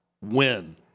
win